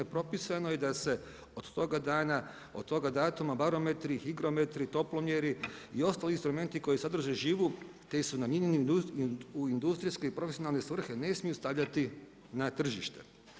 Propisano je da se od toga dana, od toga datuma, barometri, higrometri, toplomjeri i ostali instrumenti koji sadrže živu te su namijenjeni u industrijski i profesionalne svrhe, ne smiju stavljati na tržište.